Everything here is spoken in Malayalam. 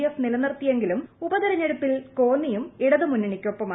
എഫ് നിലനിർത്തിയെങ്കിലും ഉപതിരഞ്ഞെടുപ്പിൽ കോന്നിയും ഇടതുമുന്നണിക്കൊപ്പമായി